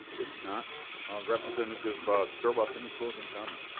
if not representative zerwas closing comments?